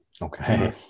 Okay